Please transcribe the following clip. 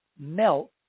melt